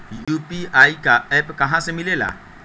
UPI का app कहा से मिलेला?